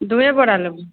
दूए बोरा लेबहो